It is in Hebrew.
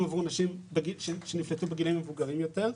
עבור נשים שנפלטו בגילים מבוגרים יותר.